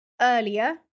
earlier